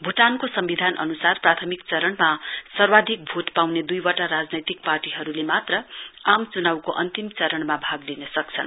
भूटानको सम्विधान अन्सार प्राथमिक चरणमा सर्वाधिक भोट पाउने द्इवटा राजनैतिक पार्टीहरुले मात्र आम च्नाउको अन्तिम चरणमा भाग लिन सक्छन्